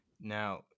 Now